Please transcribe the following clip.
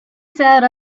sat